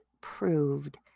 proved